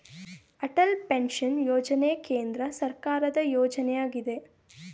Atal pension ಯೋಜನೆ ಕೇಂದ್ರ ಸರ್ಕಾರದ ಯೋಜನೆಯಗಿದೆ